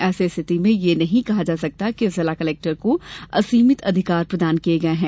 ऐसी स्थिति में यह नहीं कहा जा सकता कि जिला कलेक्टर को असीमित अधिकार प्रदान किये गये है